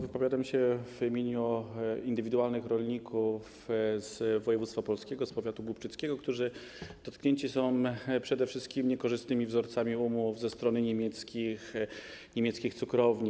Wypowiadam się w imieniu indywidualnych rolników z województwa opolskiego, z powiatu głubczyckiego, którzy dotknięci są przede wszystkim niekorzystnymi wzorcami umów ze strony niemieckich cukrowni.